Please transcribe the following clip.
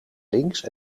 links